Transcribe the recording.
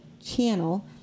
channel